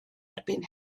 erbyn